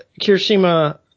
Kirishima